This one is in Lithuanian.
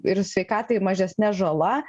ir sveikatai mažesne žala